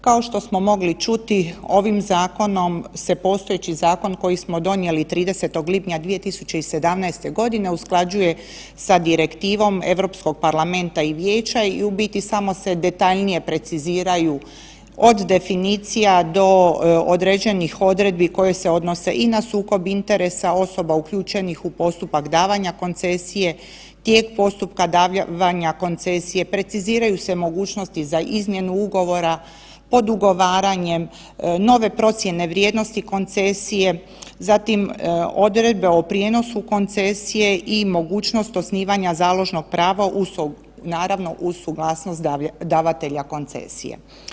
Kao što smo mogli čuti ovim zakonom se postojeći zakon koji smo donijeli 30. lipnja 2017.g. usklađuje sa Direktivom Europskog parlamenta i Vijeća i u biti samo se detaljnije preciziraju od definicija do određenih odredbi koje se odnose i na sukob interesa osoba uključenih u postupak davanja koncesije, tijek postupka davanja koncesije, preciziraju se mogućnosti za izmjenu ugovora pod ugovaranjem nove procijene vrijednosti koncesije, zatim odredbe o prijenosu koncesije i mogućnost osnivanja založnog prava naravno uz suglasnost davatelja koncesije.